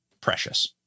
precious